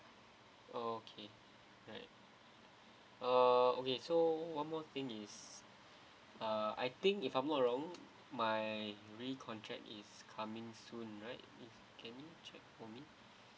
okay right uh okay so one more thing is uh I think if I'm not wrong my recontract is coming soon right if can you check for me